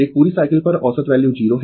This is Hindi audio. एक पूरी साइकिल पर औसत वैल्यू 0 है